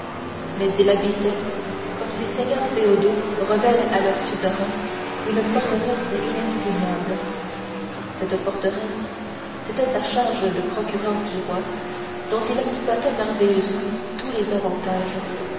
mais il habitait comme ces seigneurs féodaux rebelles à leur suzerain une forteresse inexpugnable cette forteresse c'était sa charge de procureur du roi dont il exploitait merveilleusement tous les avantages